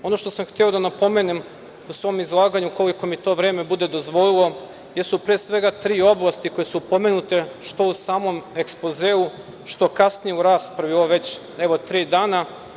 Ono što sam hteo da napomenem u svom izlaganju, koliko mi to vreme bude dozvolilo, jesu pre svega tri oblasti koje su pomenute, što u samom ekspozeu, što kasnije u raspravi, evo već tri dana.